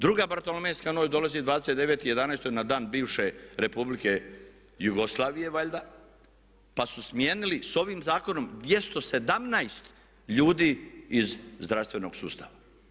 Druga bartolomejska noć dolazi 29.11. na dan bivše Republike Jugoslavije valjda, pa su smijenili s ovim zakonom 217 ljudi iz zdravstvenog sustava.